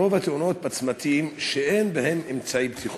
רוב התאונות הן בצמתים שאין בהם אמצעי בטיחות.